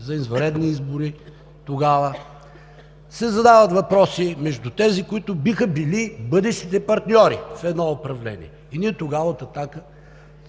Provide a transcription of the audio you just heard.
се извънредни избори тогава, се задават въпроси между тези, които биха били бъдещите партньори в едно управление. Тогава ние от „Атака“